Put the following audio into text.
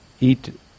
eat